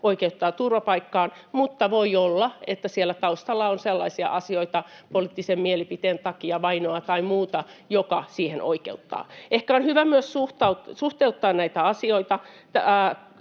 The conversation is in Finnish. oikeuttaa turvapaikkaan, mutta voi olla, että siellä on taustalla sellaisia asioita — vainoa poliittisen mielipiteen takia tai muuta — jotka siihen oikeuttavat. Ehkä on hyvä myös suhteuttaa näitä asioita.